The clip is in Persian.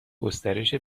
گسترش